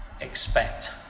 expect